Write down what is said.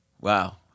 Wow